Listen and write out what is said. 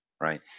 right